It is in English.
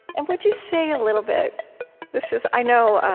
and would you say a little bit this is i know,